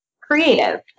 creative